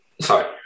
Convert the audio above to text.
Sorry